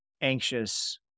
anxious